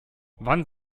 wann